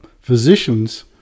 physicians